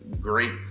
great